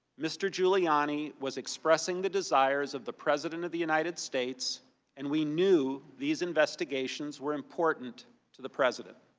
mr. giuliani was expressing the desires of the president of the united states and we knew these investigations were important to the president.